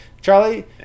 Charlie